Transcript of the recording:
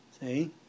See